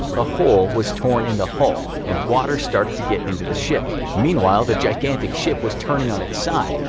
a hole was torn in the hull and water started to get into the ship, meanwhile the gigantic ship was turning on its side.